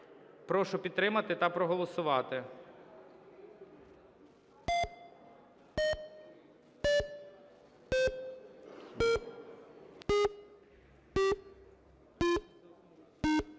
Прошу підтримати та проголосувати.